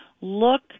look